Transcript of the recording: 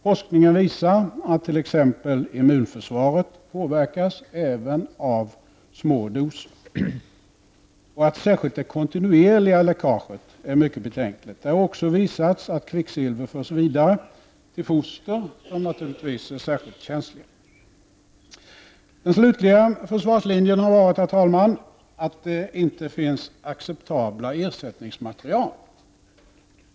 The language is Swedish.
Forskningen visar att t.ex. immunförsvaret påverkas även av små doser och att särskilt det kontinuerliga läckaget är mycket betänkligt. Det har också visat sig att kvicksilver förs vidare till foster, vilka naturligtvis är särskilt känsliga. Den slutliga försvarslinjen har varit, herr talman, att det inte finns acceptabla ersättningsmaterial.